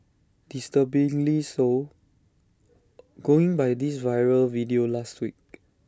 disturbingly so going by this viral video last week